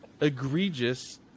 egregious